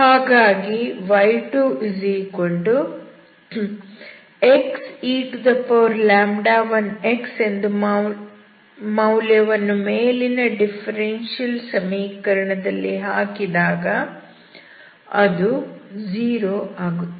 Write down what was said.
ಹಾಗಾಗಿ y2xe1x ಎಂದು ಮೌಲ್ಯವನ್ನು ಮೇಲಿನ ಡಿಫರೆನ್ಷಿಯಲ್ ಸಮೀಕರಣ ದಲ್ಲಿ ಹಾಕಿದಾಗ ಅದು 0 ಆಗುತ್ತದೆ